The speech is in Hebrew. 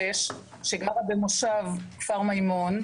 קשישה סיעודית בת 86 שגרה במושב כפר מיימון,